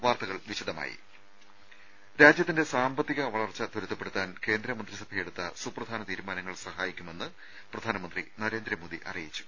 വാർത്തകൾ വിശദമായി രാജ്യത്തിന്റെ സാമ്പത്തിക വളർച്ച ത്വരിതപ്പെടുത്താൻ കേന്ദ്ര മന്ത്രിസഭയെടുത്ത സുപ്രധാന തീരുമാനങ്ങൾ സഹായിക്കുമെന്ന് പ്രധാനമന്ത്രി നരേന്ദ്രമോദി അറിയിച്ചു